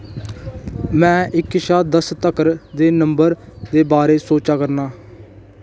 में इक शा दस तक्कर दे नंबर दे बारे च सोचा करनां